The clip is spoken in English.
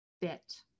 bit